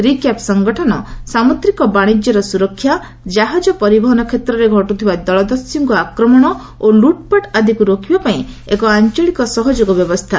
recap ସଂଗଠନ ସାମୁଦ୍ରିକ ବାଣିଜ୍ୟର ସୁରକ୍ଷା ଜାହାଜ ପରିବହନ କ୍ଷେତ୍ରରେ ଘଟୁଥିବା ଜଳଦସ୍ୟୁଙ୍କ ଆକ୍ରମଣ ଓ ଲୁଟ୍ପାଟ୍ ଆଦିକୁ ରୋକିବା ପାଇଁ ଏକ ଆଞ୍ଚଳିକ ସହଯୋଗ ବ୍ୟବସ୍ଥା